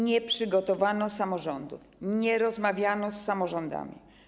Nie przygotowano samorządów, nie rozmawiano z samorządami.